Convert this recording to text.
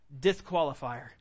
disqualifier